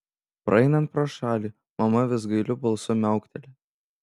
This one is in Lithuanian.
praeinant pro šalį mama vis gailiu balsu miaukteli